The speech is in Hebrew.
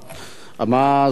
להעביר את זה, אני, שוב פעם,